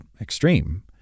extreme